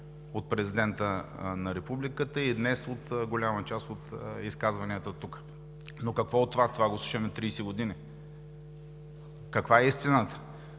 от президента на Републиката, и днес от голяма част от изказванията тук. Но какво от това? Това го слушаме 30 години! Каква е истината,